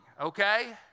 okay